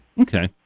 okay